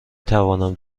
توانیم